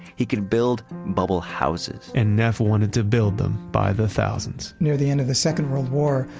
he could build bubble houses and neff wanted to build them by the thousands near the end of the second world war,